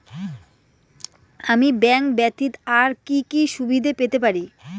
আমি ব্যাংক ব্যথিত আর কি কি সুবিধে পেতে পারি?